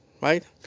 right